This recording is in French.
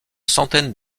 centaine